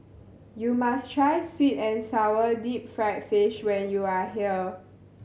you must try sweet and sour deep fried fish when you are here